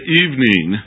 evening